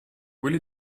will